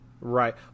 Right